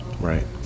Right